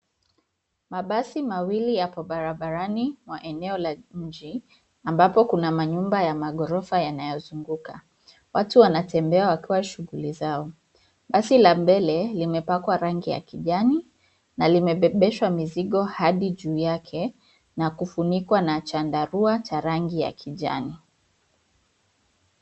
Mabasi mawili yapo barabarani mwa eneo la mji ambapo kuna manyumba ya maghorofa yanayozunguka. Watu wanatembea wakiwa shughuli zao. Basi la mbele limepakwa rangi ya kijani na limebebeshwa mizigo hadi juu yake na kufunikwa na chandarua cha rangi ya kijani.